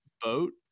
boat